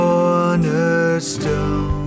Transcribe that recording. Cornerstone